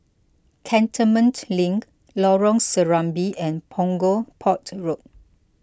Cantonment Link Lorong Serambi and Punggol Port Road